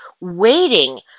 waiting